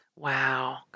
Wow